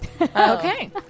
Okay